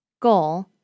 Goal